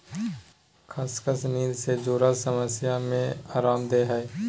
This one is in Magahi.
खसखस नींद से जुरल समस्या में अराम देय हइ